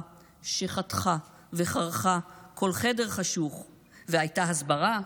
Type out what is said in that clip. / שחתכה / וחרכה / כל חדר חשוך / והייתה הסברה,